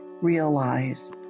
realize